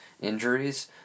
injuries